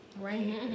Right